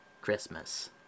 Christmas